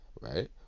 right